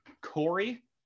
Corey